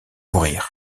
mourir